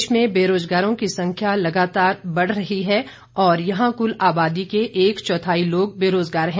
प्रदेश में बेराजगारों की संख्या लगातर बढ़ रही है और यहां कुल आबादी के एक चौथाई लोग बरोजगार हैं